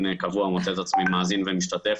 קבוע אני מוצא את עצמי מאזין ומשתתף.